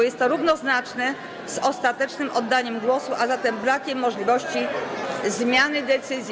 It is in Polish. Jest to równoznaczne z ostatecznym oddaniem głosu, a zatem brakiem możliwości zmiany decyzji.